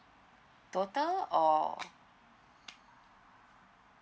total or